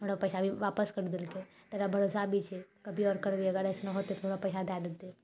आओर पैसा भी आपस करि देलकै तऽ ओकरा पर भरोसा भी छै कभी आओर करबै अगर अइसनो हेतै तऽ पैसा दए देतै